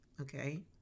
okay